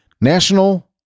National